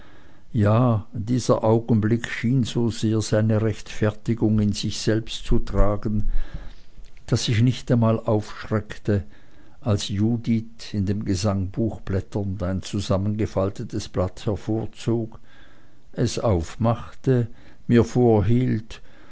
ja dieser augenblick schien so sehr seine rechtfertigung in sich selbst zu tragen daß ich nicht einmal aufschreckte als judith in dem gesangbuch blätternd ein zusammengefaltetes blatt hervorzog es aufmachte mir vorhielt